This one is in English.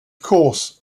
course